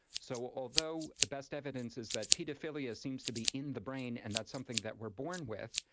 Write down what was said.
so although the best evidence is that paedophilia seems to be in the brain and not something that we're born with,